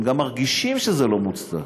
הם גם מרגישים שזה לא מוצדק.